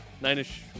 Nine-ish